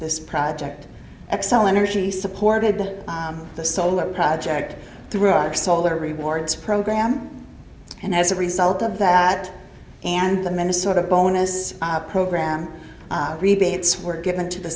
this project xcel energy supported by the solar project through our solar rewards program and as a result of that and the minnesota bonus program rebates were given to the